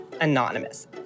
anonymous